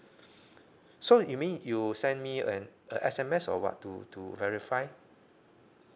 so you mean you will send me an S_M_S or what to to verify